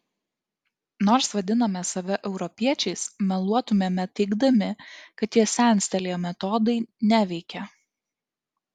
nors vadiname save europiečiais meluotumėme teigdami kad tie senstelėję metodai neveikia